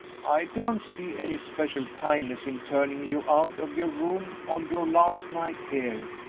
i don't see any special kindness in turning you out of your room on your last night here,